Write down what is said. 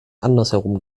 andersherum